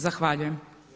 Zahvaljujem.